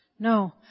No